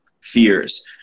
fears